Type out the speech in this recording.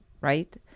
right